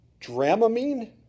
Dramamine